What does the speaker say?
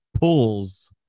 pulls